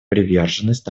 приверженность